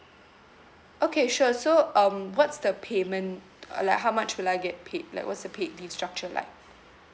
okay sure so um what's the payment uh like how much will I get paid like what's the paid leave structure like